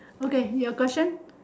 okay your question